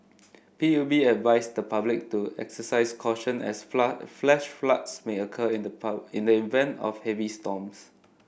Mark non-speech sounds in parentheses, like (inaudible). P U B advised the public to exercise caution as flood flash floods may occur in the (unintelligible) in the event of heavy storms